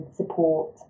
support